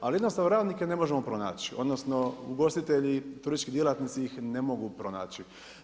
Ali jednostavno radnike ne možemo pronaći, odnosno ugostitelji, turistički djelatnici ih ne mogu pronaći.